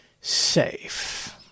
safe